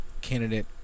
candidate